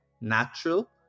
natural